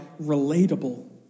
relatable